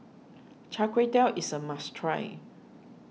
Char Kway Teow is a must try